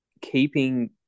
keeping